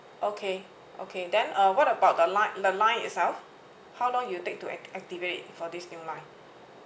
okay okay then uh what about the line the line itself how long you will take to act~ activate for this new line